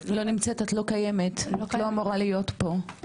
לא נמצאת, את לא קיימת, את לא אמורה להיות פה.